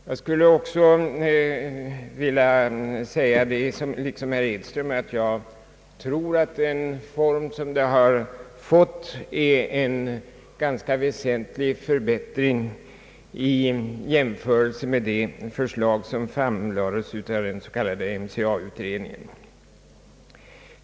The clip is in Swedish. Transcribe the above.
Liksom herr Edström skulle jag också vilja säga, att jag tror att den form som verket fått är en ganska väsentlig förbättring i jämförelse med det förslag som framlades av den s.k. MCA utredningen.